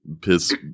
piss